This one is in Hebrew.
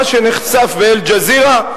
מה שנחשף ב"אל-ג'זירה",